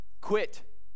quit